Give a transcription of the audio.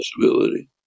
possibility